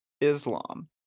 Islam